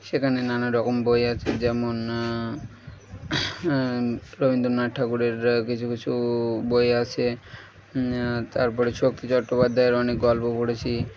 সেখানে নানা রকম বই আছে যেমন রবীন্দ্রনাথ ঠাকুরের কিছু কিছু বই আছে তার পরে শক্তি চট্টোপাধ্যায়ের অনেক গল্প পড়েছি